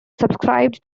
subscribed